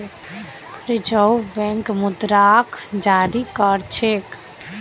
reserve bank मुद्राक जारी कर छेक